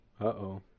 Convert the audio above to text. Uh-oh